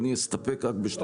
אבל אני אסתפק רק בשתי שאלות.